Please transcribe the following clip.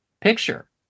picture